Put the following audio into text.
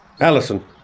Allison